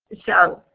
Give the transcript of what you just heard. so,